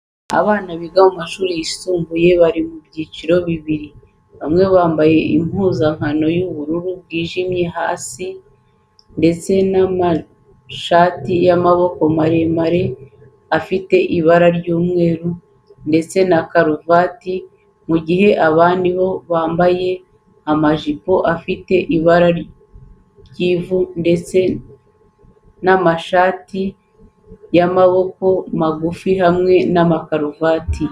Abana biga mu mashuri yisumbuye bari mu byiciro bibiri, bamwe bambaye impuzankano y'ubururu bwijimye hasi ndetse n'amashati y'amaboko maremare afite ibara ry'umweru ndetse na karuvati, mu gihe abandi bo bambaye amajipo afite ibara ry'ivu ndetse n'amashati y'amaboko magufi hamwe na karuvati.